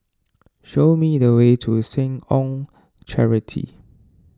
show me the way to Seh Ong Charity